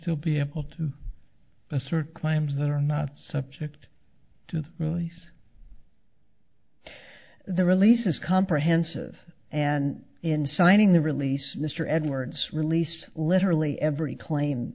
still be able to assert claims that are not subject to release the release is comprehensive and in signing the release mr edwards release literally every cla